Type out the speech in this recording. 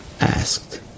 asked